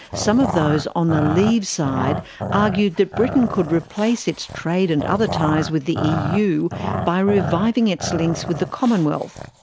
some of those on the leave side argued that britain could replace its trade and other ties with the eu by reviving its links with the commonwealth.